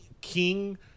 King